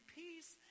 peace